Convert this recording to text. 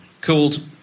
called